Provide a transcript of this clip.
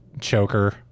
choker